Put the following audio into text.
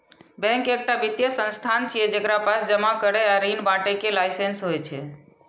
bank एकटा वित्तीय संस्थान छियै, जेकरा पास जमा करै आ ऋण बांटय के लाइसेंस होइ छै